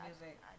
music